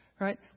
Right